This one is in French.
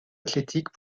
athlétique